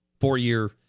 four-year